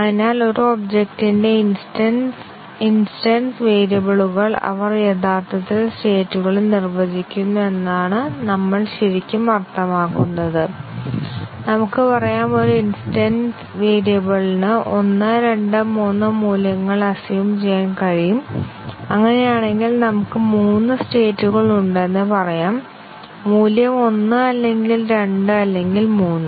അതിനാൽ ഒരു ഒബ്ജക്റ്റ്ന്റെ ഇൻസ്റ്റൻസ് വേരിയബിളുകൾ അവർ യഥാർത്ഥത്തിൽ സ്റ്റേറ്റ്കളെ നിർവ്വചിക്കുന്നു എന്നാണ് നമ്മൾ ശരിക്കും അർത്ഥമാക്കുന്നത് നമുക്ക് പറയാം ഒരു ഇൻസ്റ്റൻസ് വേരിയബിളിന് 1 2 3 മൂല്യങ്ങൾ അസ്സ്യൂം ചെയ്യാൻ കഴിയും അങ്ങനെയാണെങ്കിൽ നമുക്ക് മൂന്ന് സ്റ്റേറ്റ്കൾ ഉണ്ടെന്ന് പറയാം മൂല്യം 1 അല്ലെങ്കിൽ 2 അല്ലെങ്കിൽ 3